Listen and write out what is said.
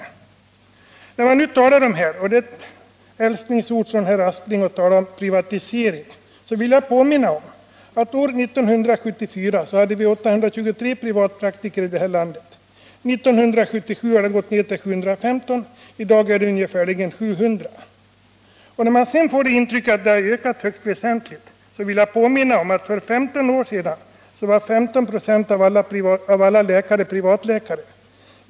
Ett av herr Asplings älsklingsord är privatisering. Jag vill då påminna om att år 1974 hade vi 823 privatpraktiker i landet. 1977 hade antalet gått ned till 715, och i dag är det ungefär 700. När man sedan av debatten får intrycket att det har ökat högst väsentligt vill jag påminna om att för 15 år sedan var 15 96 av alla läkare privatpraktiserande.